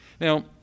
Now